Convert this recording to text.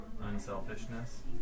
unselfishness